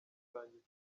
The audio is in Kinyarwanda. gusangiza